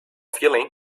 feeling